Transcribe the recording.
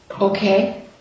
Okay